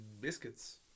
biscuits